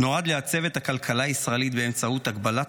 נועד לייצב את הכלכלה הישראלית באמצעות הגבלת